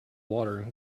water